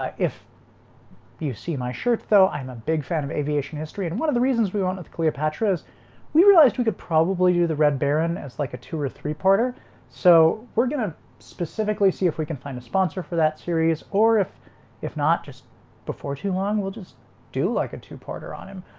if you see my shirt though, i'm a big fan of aviation history and one of the reasons we went with cleopatra is we realized we could probably do the red baron as like a two or three porter so we're gonna specifically see if we can find a sponsor for that series or if if not just before too long we'll just do like a two-parter on him.